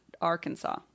Arkansas